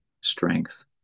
strength